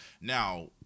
Now